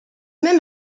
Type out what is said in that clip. même